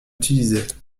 utilisées